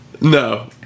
No